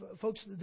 Folks